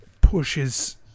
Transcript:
pushes